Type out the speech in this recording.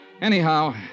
Anyhow